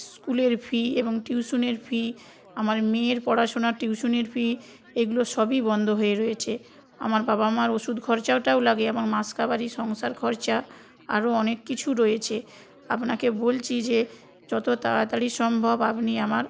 স্কুলের ফি এবং টিউশনের ফি আমার মেয়ের পড়াশুনা টিউশুনির ফি এগুলো সবই বন্ধ হয়ে রয়েছে আমার বাবা মার ওষুধ খরচাটাও লাগে আমার মাস কাবারি সংসার খরচা আরও অনেক কিছু রয়েছে আপনাকে বলছি যে যতো তাড়াতাড়ি সম্ভব আপনি আমার